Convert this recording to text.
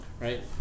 right